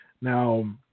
Now